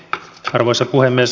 arvoisa puhemies